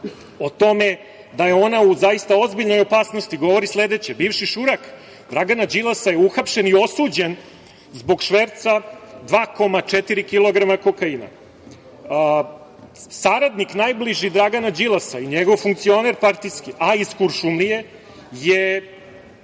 tome da je ona u zaista ozbiljnoj opasnosti govori sledeće. Bivši šurak Dragana Đilasa je uhapšen i osuđen zbog šverca 2,4 kg kokaina. Saradnik najbliži Dragana Đilasa i njegov partijski funkcioner, a iz Kuršumlije, je